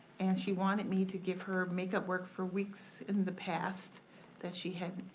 and she wanted me to give her make-up work for weeks in the past that she had.